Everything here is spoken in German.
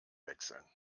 wechseln